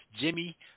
Jimmy